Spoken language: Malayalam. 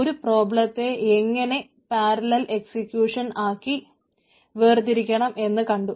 ഒരു പ്രോബ്ളത്തെ എങ്ങനെ പാരലൽ എക്സിക്യൂഷൻ ആക്കി വേർതിരിക്കണം എന്ന് കണ്ടു